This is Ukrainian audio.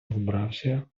вбрався